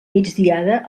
migdiada